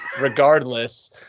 Regardless